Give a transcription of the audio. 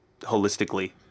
holistically